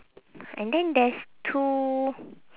and then there's two